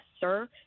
sir